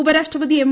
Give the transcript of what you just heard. ഉപരാഷ്ട്രപതി എം